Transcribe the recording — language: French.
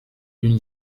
d’une